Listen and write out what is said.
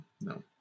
No